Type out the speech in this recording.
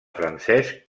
francesc